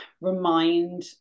remind